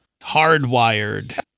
Hardwired